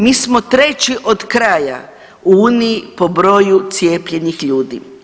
Mi smo treći od kraja u Uniji po broju cijepljenih ljudi.